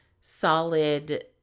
solid